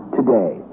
today